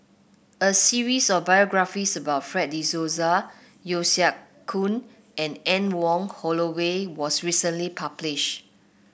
a series of biographies about Fred De Souza Yeo Siak Goon and Anne Wong Holloway was recently publish